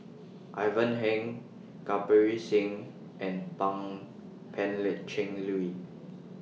Ivan Heng Kirpal Singh and Pan Cheng Lui